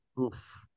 Oof